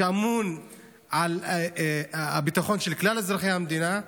שאמון על הביטחון של כלל אזרחי המדינה,